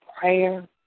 prayer